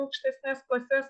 aukštesnes klases